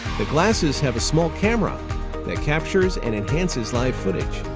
the glasses have a small camera that captures and enhances live footage.